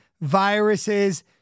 viruses